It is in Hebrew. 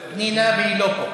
פנינה, והיא לא פה.